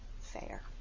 fair